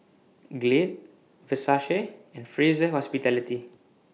Glade Versace and Fraser Hospitality